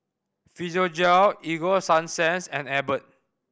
Physiogel Ego Sunsense and Abbott